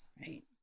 Right